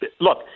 look